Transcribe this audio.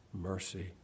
mercy